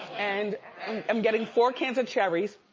and i'm getting four cans of cherries.